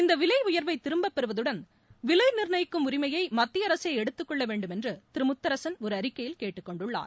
இந்த விலை உயர்வை திரும்பப் பெறுவதுடன் விலை நிர்ணயிக்கும் உரிமையை மத்திய அரசே எடுத்துக்கொள்ள வேண்டும் என்று திரு முத்தரசன் ஒரு அறிக்கையில் கேட்டுக்கொண்டுள்ளார்